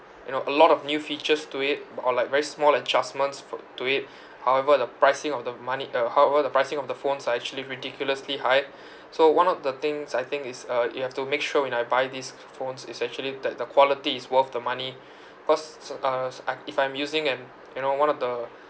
you know a lot of new features to it or like very small adjustments f~ to it however the pricing of the money uh however the pricing of the phones are actually ridiculously high so one of the things I think is uh you have to make sure when you buy these phones is actually that the quality is worth the money cause s~ uh if I'm using an you know one of the